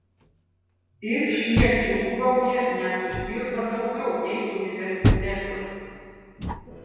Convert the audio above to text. ir šie džiūgauja nes uždirba daugiau nei universitetuose